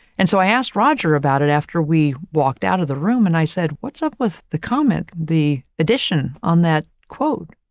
and so, i asked roger about it after we walked out of the room, and i said, what's up with the comment, the addition on that, quote?